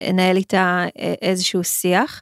אנהל איתה איזשהו שיח.